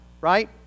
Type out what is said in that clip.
right